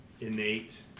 innate